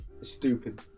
stupid